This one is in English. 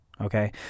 okay